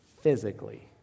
physically